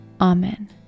amen